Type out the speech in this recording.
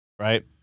right